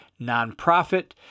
nonprofit